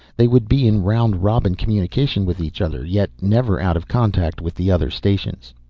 they would be in round-robin communication with each other, yet never out of contact with the other stations.